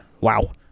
Wow